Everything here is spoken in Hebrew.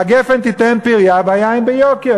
הגפן תיתן פרייה והיין ביוקר,